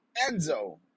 Enzo